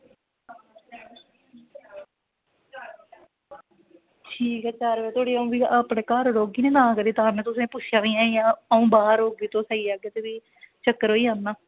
ठीक ऐ चार बजे धोड़ी भी अंऊ अपने घर रौह्गी तां करियै तां करी में तुसेंगी पुच्छेआ अंऊ बाहर होगी ते तुस आई जाह्गे भी ते चक्कर होई जाना